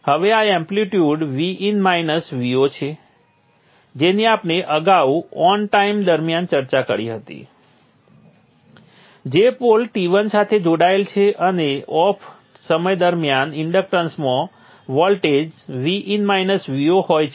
હવે આ amplitude Vin minus Vo છે જેની આપણે અગાઉ ઓન ટાઇમ દરમિયાન ચર્ચા કરી હતી સંદર્ભ આપો સમય 2646 જે પોલ T1 સાથે જોડાયેલ છે અને ઓફ સમય દરમિયાન ઇન્ડક્ટન્સમાં વોલ્ટેજ Vin Vo હોય છે